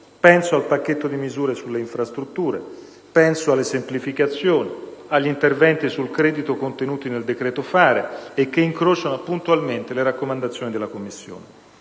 penso al pacchetto di misure sulle infrastrutture; penso alle semplificazioni, agli interventi sul credito contenuti nel «decreto fare» e che incrociano puntualmente le raccomandazioni della Commissione.